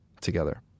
together